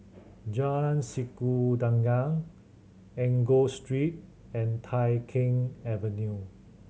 Jalan Sikudangan Enggor Street and Tai Keng Avenue